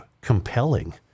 compelling